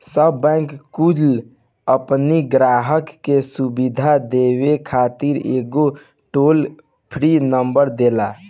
सब बैंक कुल अपनी ग्राहक के सुविधा देवे खातिर एगो टोल फ्री नंबर देला